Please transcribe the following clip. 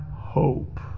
hope